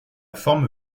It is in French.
forme